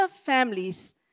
families